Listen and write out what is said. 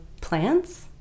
plants